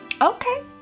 Okay